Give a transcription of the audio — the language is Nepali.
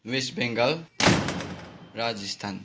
वेस्ट बेङ्गाल राजस्थान